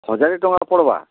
ହଜାର ଟଙ୍କା ପଡ଼୍ବା